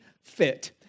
fit